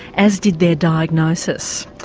as did their diagnosis.